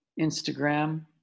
instagram